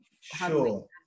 Sure